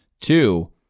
Two